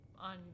on